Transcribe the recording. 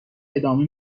ادامه